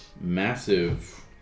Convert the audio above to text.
massive